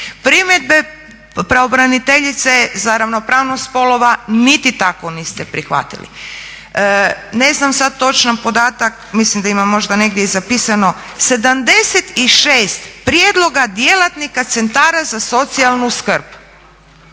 Primjedbe pravobraniteljice za ravnopravnost spolova niti tako niste prihvatili. Ne znam sada točno podatak, mislim da imam možda negdje i zapisano, 76 prijedloga djelatnika centara za socijalnu skrb